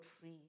free